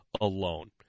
alone